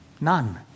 None